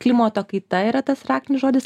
klimato kaita yra tas raktinis žodis